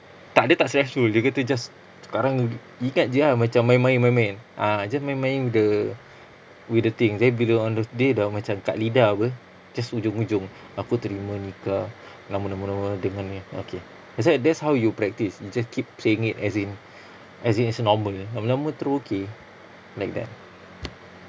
tak dia tak stressful dia kata just sekarang ingat jer ah macam main-main main-main ah just main-main the with the thing jadi bila on the day dah macam kat lidah [pe] just hujung hujung aku terima nikah nama nama nama dengannya okay pasal that's how you practise you just keep saying it as in as in it's normal lama lama terus okay like that